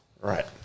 Right